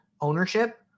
ownership